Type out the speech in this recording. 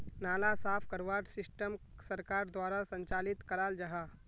नाला साफ करवार सिस्टम सरकार द्वारा संचालित कराल जहा?